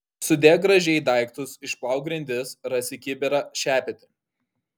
sudėk gražiai daiktus išplauk grindis rasi kibirą šepetį